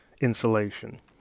insulation